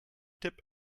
tipp